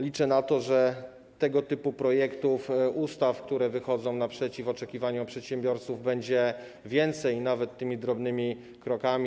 Liczę na to, że tego typu projektów ustaw, które wychodzą naprzeciw oczekiwaniom przedsiębiorców, będzie więcej, nawet jeśli to drobne kroki.